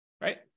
right